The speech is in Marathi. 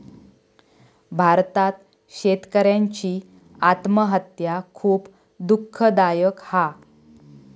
भारतात शेतकऱ्यांची आत्महत्या खुप दुःखदायक हा